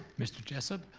mr. jessup.